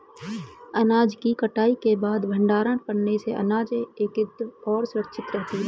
अनाज की कटाई के बाद भंडारण करने से अनाज एकत्रितऔर सुरक्षित रहती है